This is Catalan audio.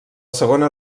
segona